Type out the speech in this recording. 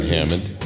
Hammond